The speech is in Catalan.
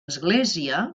església